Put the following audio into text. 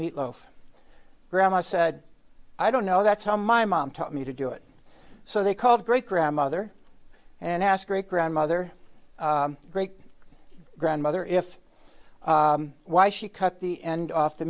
meat loaf grandma said i don't know that's how my mom taught me to do it so they called great grandmother and ask great grandmother great grandmother if why she cut the end of